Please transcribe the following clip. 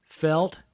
felt